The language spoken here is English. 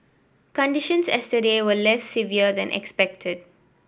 conditions yesterday were less severe than expected